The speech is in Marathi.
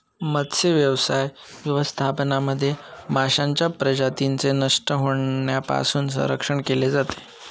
मत्स्यव्यवसाय व्यवस्थापनामध्ये माशांच्या प्रजातींचे नष्ट होण्यापासून संरक्षण केले जाते